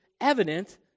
evident